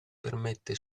permette